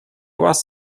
was